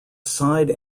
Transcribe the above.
side